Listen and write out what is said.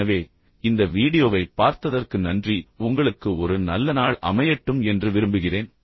எனவே இந்த வீடியோவைப் பார்த்ததற்கு நன்றி உங்களுக்கு ஒரு நல்ல நாள் அமையட்டும் என்று விரும்புகிறேன்